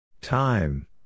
Time